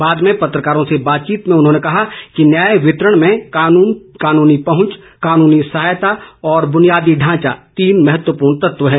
बाद में पत्रकारों से बातचीत में उन्होंने कहा कि न्याय वितरण में कानूनी पहंच कानूनी सहायता और बुनियादी ढांचा तीन महत्वपूर्ण तत्व हैं